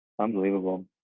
Unbelievable